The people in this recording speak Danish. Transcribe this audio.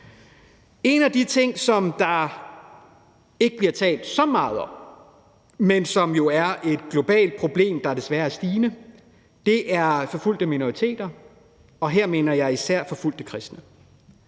En af de ting, som der ikke bliver talt så meget om, men som jo er et globalt problem, der desværre er stigende, er forfulgte minoriteter, og her mener jeg især forfulgte kristne.